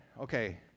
Okay